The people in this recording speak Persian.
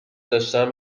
داشتند